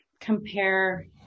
compare